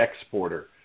exporter